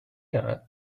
not